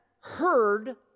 heard